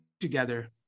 together